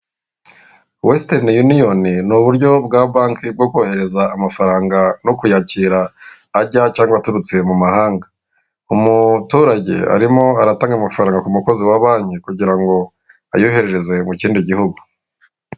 Westani uniyoni ni uburyo bwa bake bwo kohereza amafaranga no kuyakira ajya cyangwa aturutse mu mahanga, umuturage arimo aratanga amafaranga k'umukozi wa banki kugira ngo ayohereze mu kindi gihugu.